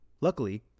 Luckily